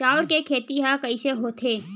चांउर के खेती ह कइसे होथे?